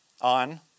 on